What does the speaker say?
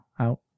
out